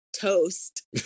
toast